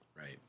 Right